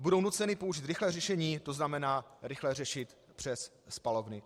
Budou nuceny použít rychlé řešení, to znamená rychle řešit přes spalovny.